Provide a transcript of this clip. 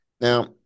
now